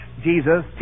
Jesus